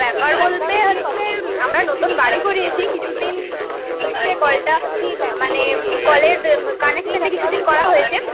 ব্যাপার বলতে হচ্ছে আমরা নতুন বাড়ি করেছি কিছুদিন হচ্ছে কলটা মানে কলের কানেকশনটা কিছু দিন করা হয়েছে